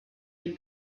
den